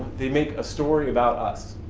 they make a story about us,